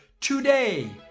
today